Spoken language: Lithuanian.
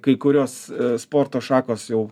kai kurios sporto šakos jau